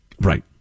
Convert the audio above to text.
Right